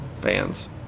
Fans